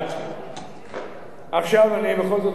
עכשיו אני בכל זאת רוצה לציין,